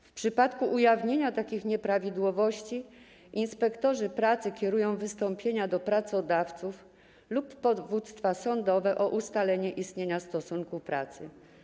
W przypadku ujawnienia takich nieprawidłowości inspektorzy pracy kierują wystąpienia do pracodawców lub powództwa sądowe o ustalenie istnienia stosunku pracy.